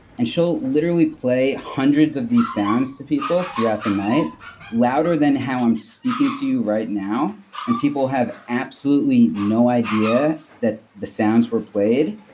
and she'll literally play hundreds of these sounds to people throughout the night louder than how i'm speaking to you right now and people have absolutely no idea that the sounds were played,